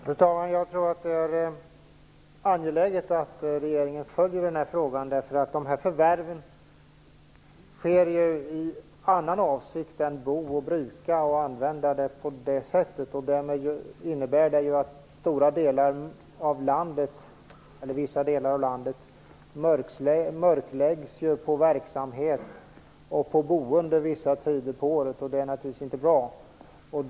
Fru talman! Jag tror att det är angeläget att regeringen följer denna fråga, därför att förvärven sker ju i annan avsikt än boende och brukande. Därmed innebär det att vissa delar av landet mörkläggs på verksamhet och på boende under vissa tider av året, vilket naturligtvis inte är bra.